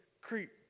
creep